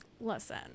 Listen